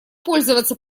пользоваться